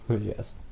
yes